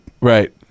Right